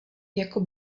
jako